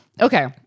Okay